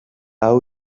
hau